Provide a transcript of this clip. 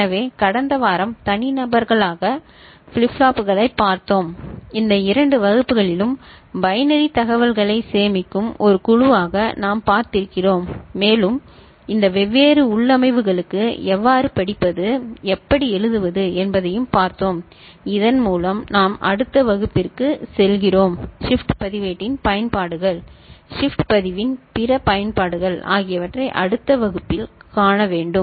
எனவே கடந்த வாரம் தனிநபர்களாக ஃபிளிப் ஃப்ளாப்புகளைப் பார்த்தோம் இந்த இரண்டு வகுப்புகளிலும் பைனரி தகவல்களைச் சேமிக்கும் ஒரு குழுவாக நாம் பார்த்திருக்கிறோம் மேலும் இந்த வெவ்வேறு உள்ளமைவுகளுக்கு எவ்வாறு படிப்பது எப்படி எழுதுவது என்பதையும் பார்த்தோம் இதன் மூலம் நாம் அடுத்த வகுப்பிற்கு செல்கிறோம் ஷிப்ட் பதிவேட்டின் பயன்பாடுகள் ஷிப்ட் பதிவின் பிற பயன்பாடுகள் ஆகியவற்றைக் அடுத்த வகுப்பில் காண வேண்டும்